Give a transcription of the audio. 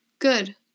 Good